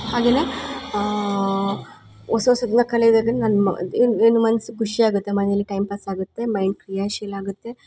ಹಾಗೇನೆ ಹೊಸ ಹೊಸದ್ನ ಕಲಿಯದು ಹೆಂಗಂದರೆ ನನ್ನ ಮ ಏನೇನು ಮನ್ಸು ಖುಷಿಯಗತ್ತೆ ಮನೆಯಲ್ಲಿ ಟೈಮ್ ಪಾಸ್ ಆಗುತ್ತೆ ಮೈಂಡ್ ಕ್ರಿಯಾಶೀಲ ಆಗತ್ತೆ